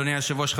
אדוני היושב-ראש,